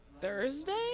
Thursday